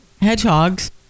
hedgehogs